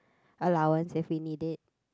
allowance if we need it